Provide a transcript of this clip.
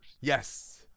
Yes